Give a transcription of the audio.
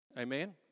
amen